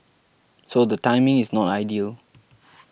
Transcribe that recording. so the timing is not ideal